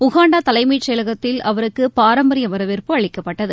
உகாண்டாதலைமைச் செயலகத்தில் அவருக்குபாரம்பரியவரவேற்பு அளிக்கப்பட்டது